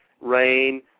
rain